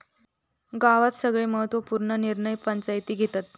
गावात सगळे महत्त्व पूर्ण निर्णय पंचायती घेतत